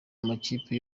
makipe